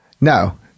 No